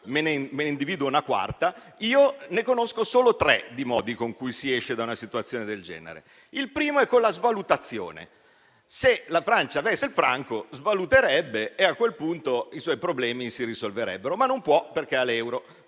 ne individuerà un quarto, ma io conosco solo tre modi con cui si esce da una situazione del genere. Il primo è con la svalutazione: se la Francia avesse il franco, svaluterebbe e a quel punto i suoi problemi si risolverebbero, ma non può perché ha l'euro,